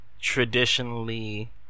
traditionally